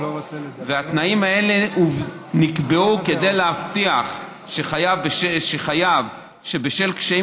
התנאים האלה נקבעו כדי להבטיח שחייב שבשל קשיים